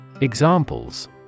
Examples